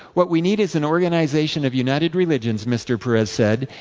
what we need is an organization of united religions, mr. peres said,